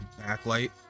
backlight